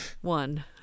One